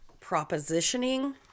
propositioning